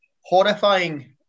horrifying